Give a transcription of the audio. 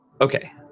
Okay